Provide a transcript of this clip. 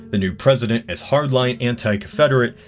the new president is hardline anti confederate,